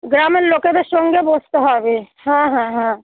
গ্রামের লোকেদের সঙ্গে বসতে হবে হ্যাঁ হ্যাঁ হ্যাঁ